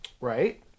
Right